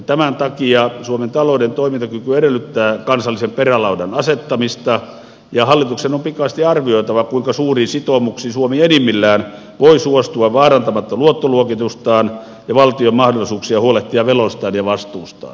tämän takia suomen talouden toimintakyky edellyttää kansallisen perälaudan asettamista ja hallituksen on pikaisesti arvioitava kuinka suuriin sitoumuksiin suomi enimmillään voi suostua vaarantamatta luottoluokitustaan ja valtion mahdollisuuksia huolehtia veloistaan ja vastuustaan